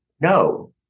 No